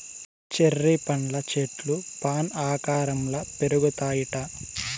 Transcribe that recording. cherry పండ్ల చెట్లు fan ఆకారంల పెరుగుతాయిట